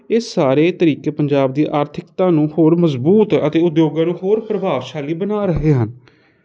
ਇਹ ਸਾਰੇ ਤਰੀਕੇ ਪੰਜਾਬ ਦੀ ਆਰਥਿਕਤਾ ਨੂੰ ਹੋਰ ਮਜ਼ਬੂਤ ਅਤੇ ਉਦਯੋਗਾਂ ਨੂੰ ਹੋਰ ਪ੍ਰਭਾਵਸ਼ਾਲੀ ਬਣਾ ਰਹੇ ਹਨ